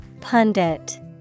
Pundit